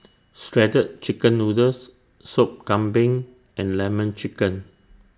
Shredded Chicken Noodles Sop Kambing and Lemon Chicken